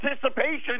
participation